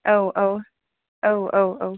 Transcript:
औ औ औ औ